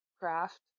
craft